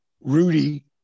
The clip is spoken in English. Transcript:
Rudy